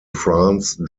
france